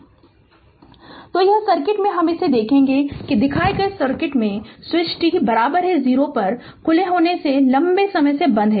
Refer Slide Time 2125 तो यह circuit में हम देखेगे कि दिखाए गए सर्किट में स्विच t 0 पर खुले होने से पहले लंबे समय से बंद है